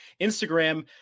Instagram